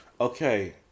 Okay